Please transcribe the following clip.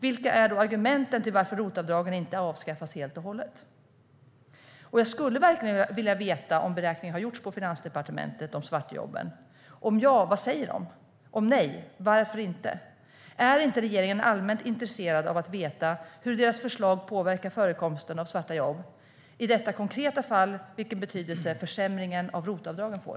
Vilka är då argumenten till att ROT-avdragen inte avskaffas helt och hållet? Jag skulle verkligen vilja veta om beräkningar har gjorts på Finansdepartementet om svartjobben. Om ja, vad säger de? Om nej, varför inte? Är regeringen inte allmänt intresserad av att veta hur deras förslag påverkar förekomsten av svarta jobb, i detta konkreta fall vilken betydelse försämringen av ROT-avdragen får?